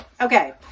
Okay